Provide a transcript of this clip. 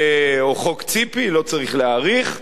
או חוק ציפי, לא צריך להאריך,